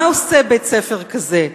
מה עושה בית-ספר כזה,